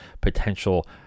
potential